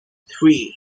three